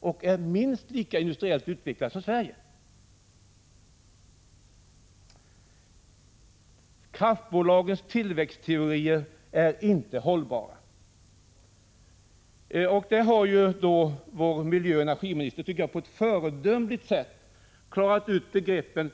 och som är minst lika industriellt utvecklade som Sverige — och har halva elförbrukningen jämfört med oss. Kraftbolagens tillväxtteorier är inte hållbara. Vår miljöoch energiminister har på ett föredömligt sätt klarat ut begreppen.